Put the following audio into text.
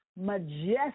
majestic